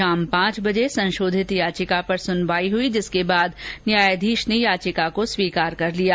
शाम पांच बजे संशोधित याचिका पर सुनवाई हई जिसके बाद न्यायाधीश ने याचिका को सुनवाई के लिए स्वीकार कर लिया